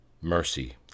mercy